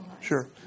Sure